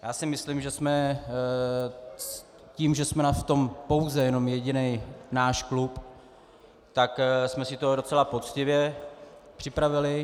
A já si myslím, že tím, že jsme v tom pouze jenom jediný náš klub, tak jsme si to docela poctivě připravili.